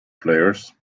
players